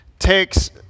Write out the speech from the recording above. takes